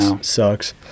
sucks